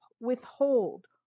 withhold